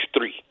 three